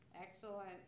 excellent